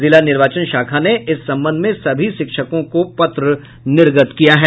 जिला निर्वाचन शाखा ने इस संबंध में सभी शिक्षकों के पत्र निर्गत किया है